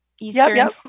eastern